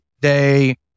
day